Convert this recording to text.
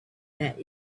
that